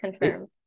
confirmed